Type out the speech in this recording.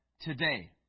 today